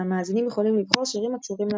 והמאזינים יכולים לבחור שירים הקשורים לנושא,